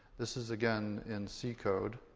this is, again, in c code.